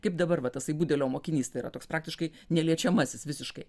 kaip dabar va tasai budelio mokinys yra toks praktiškai neliečiamasis visiškai